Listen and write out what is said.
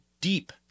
deep